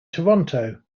toronto